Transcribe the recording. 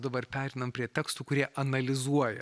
dabar pereinam prie tekstų kurie analizuoja